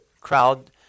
crowd